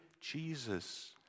Jesus